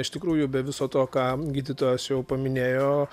iš tikrųjų be viso to ką gydytojas jau paminėjo